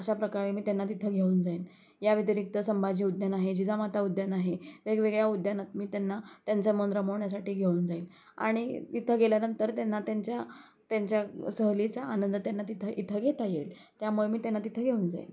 अशाप्रकारे मी त्यांना तिथं घेऊन जाईन या व्यतिरिक्त संभाजी उद्यान आहे जिजामाता उद्यान आहे वेगवेगळ्या उद्यानांत मी त्यांना त्यांचं मन रमवण्यासाठी घेऊन जाईन आणि तिथं गेल्यानंतर त्यांना त्यांच्या त्यांच्या सहलीचा आनंद त्यांना तिथं इथं घेता येईल त्यामुळे मी त्यांना तिथं घेऊन जाईल